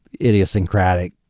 idiosyncratic